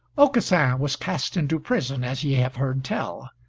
aucassin was cast into prison as ye have heard tell,